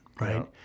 Right